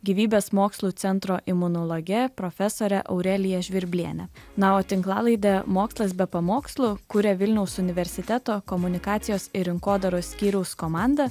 gyvybės mokslų centro imunologe profesore aurelija žvirbliene na o tinklalaidę mokslas be pamokslų kuria vilniaus universiteto komunikacijos ir rinkodaros skyriaus komanda